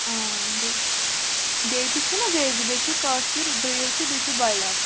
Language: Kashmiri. اۭں بیٚیہِ بیٚیہِ تہِ چھِ نا بیٚیہِ زٕ بیٚیہِ چھُ کٲشِر برٛیٖڈ تہٕ بیٚیہِ چھُ بایلَر